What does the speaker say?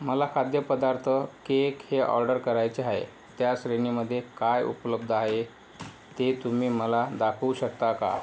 मला खाद्यपदार्थ केक हे ऑर्डर करायचे आहे त्या श्रेणीमध्ये काय उपलब्ध आहे ते तुम्ही मला दाखवू शकता का